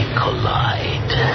collide